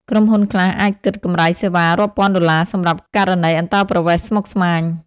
ក្រុមហ៊ុនខ្លះអាចគិតកម្រៃសេវារាប់ពាន់ដុល្លារសម្រាប់ករណីអន្តោប្រវេសន៍ស្មុគស្មាញ។